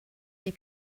they